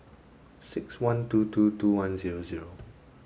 six one two two two one zero zero